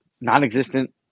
non-existent